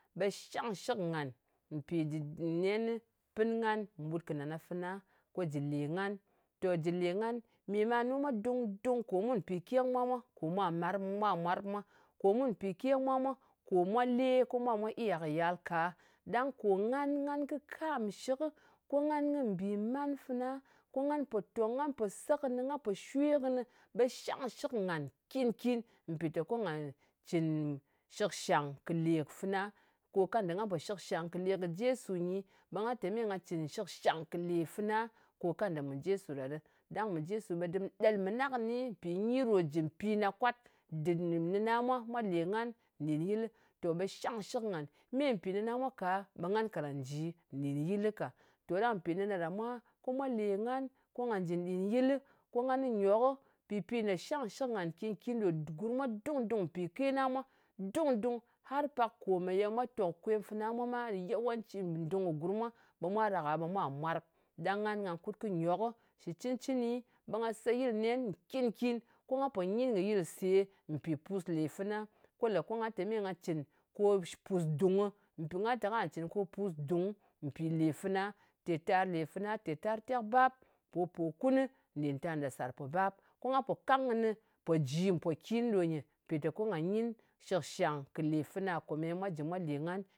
Ɓe shangshɨk ngàn mpì nenɨ pɨn ngan mɓut kɨ nana fana, ko jɨ lè ngan. To jɨ lè ngan, mìmanu mwa dung-dung. Ko mun mpìke kɨ mwa mwa, kɨ kò mwa mwarp mwa. Kò mun mpìke kɨ mwa mwa, ko mwa le ko mwa ɓe mwa iya kɨ yal ka, ɗang ko ngan ngan kɨ kam nshɨkɨ, ko ngan kɨ mbìman fɨna, ko ngan pò tong, nag po se kɨnɨ, po shwe kɨni, ɓe shangshɨk ngàn nkin-kin, pìteko nga cɨn shɨkshang kɨ lè fɨna. Ko kanda nga pò shɨkshang kɨ̀ lè kɨ jesu nyi, ɓe nga te me nga cɨn shɨkshàng kɨ̀ lè fana ko kanda mɨ jesu ɗa ɗɨ. Ɗang mɨ jesu ɓe dɨm ɗel mɨna kɨni. Mpì nyi ɗo jɨ mpi na kwat, dɨr nɨna mwa, mwa lè ngan nɗin yɨlɨ. Tò ɓe shangshɨk ngàn. Me ye mpì nɨna mwa ka, ɓe ngan karan ji nɗin yɨlɨ ka. To ɗang mpì nɨna ɗa mwa, ko mwa lè ngan, ko nga jɨ nɗin yɨlɨ, ko ngan kɨ nyokɨ. Pɨpi nè shang shɨk ngàn nkin-kin ɗo gurm mwa dung-dung ɗo mpìkena mwa dung-dung. Har pak kòmeye mwa tòk kwem fana mwa ma, yawanci ndung kɨ gurm mwa mwā mwarp. Ɗang ngan nga kut kɨ nyok shɨ cɨn-cɨni ɓe nga seyil nen dung-dung. Ko nga pò nyin kɨ yɨlse mpì pus le fana. Ko nag te me nga cɨn ko pusdungɨ. Mpì nga te ka cɨn ko pusdung mpì lè fana. Mpì tar lè fana tèr tàr tek bappopkun, ndin kɨ tar ngò sàrpòbap. Ko nga pò kang kɨnɨ. Pò ji mpòkin ɗo nyɨ, mpìtèko nga nyin shɨkshang kɨ lè fana kòye mwa jɨ mwa lè ngan.